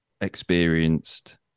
experienced